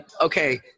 Okay